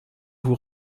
vous